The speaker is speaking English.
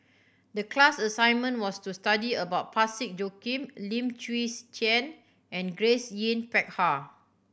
the class assignment was to study about Parsick Joaquim Lim Chwee Chian and Grace Yin Peck Ha